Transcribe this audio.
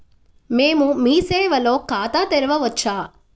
మేము మీ సేవలో ఖాతా తెరవవచ్చా?